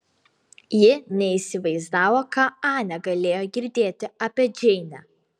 ji neįsivaizdavo ką anė galėjo girdėti apie džeinę